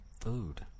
food